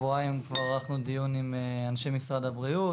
כבר ערכנו דיון עם אנשי משרד הבריאות,